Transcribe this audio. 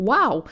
Wow